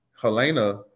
Helena